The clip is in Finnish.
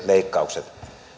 leikkaukset